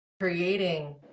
creating